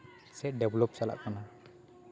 ᱥᱮ ᱰᱮᱵᱷᱞᱚᱯ ᱪᱟᱞᱟᱜ ᱠᱟᱱᱟ